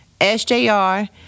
SJR